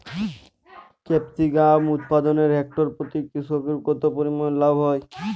Capsicum উৎপাদনে hectare প্রতি কৃষকের কত পরিমান লাভ হয়?